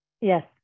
Yes